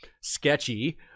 sketchy